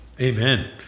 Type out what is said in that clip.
Amen